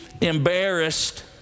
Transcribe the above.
embarrassed